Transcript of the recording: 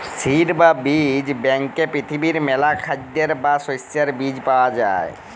seed বা বীজ ব্যাংকে পৃথিবীর মেলা খাদ্যের বা শস্যের বীজ পায়া যাই